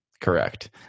Correct